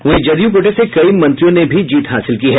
वहीं जदयू कोटे से कई मंत्रियों ने भी जीत हासिल की है